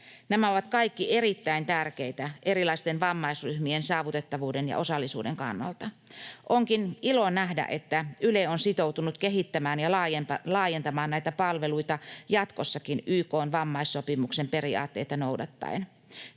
Nämä ovat kaikki erittäin tärkeitä erilaisten vammaisryhmien saavutettavuuden ja osallisuuden kannalta. Onkin ilo nähdä, että Yle on sitoutunut kehittämään ja laajentamaan näitä palveluita jatkossakin YK:n vammaissopimuksen periaatteita noudattaen.